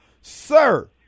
Sir